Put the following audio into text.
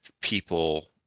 people